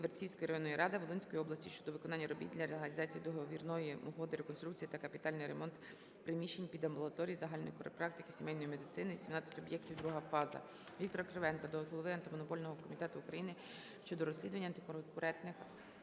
Ківерцівської районної ради Волинської області щодо виконання робіт для реалізації договірної угоди "Реконструкція та капітальний ремонт приміщень під амбулаторії загальної практики-сімейної медицини, 17 об'єктів (2 фаза)". Віктора Кривенка до Голови Антимонопольного комітету України щодо розслідування антиконкурентних